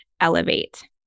elevate